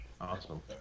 Awesome